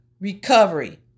recovery